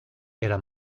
era